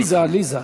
עליזה, עליזה.